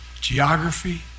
geography